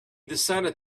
decided